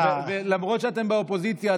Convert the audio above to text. למרות שאתם באופוזיציה,